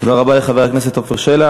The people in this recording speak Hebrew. תודה רבה לחבר הכנסת עפר שלח.